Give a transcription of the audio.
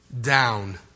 down